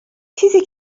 چیزی